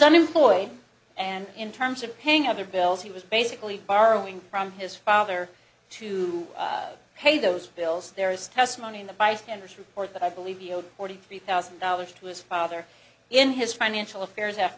unemployed and in terms of paying other bills he was basically borrowing from his father to pay those bills there is testimony in the bystanders report that i believe he owed forty three thousand dollars to his father in his financial affairs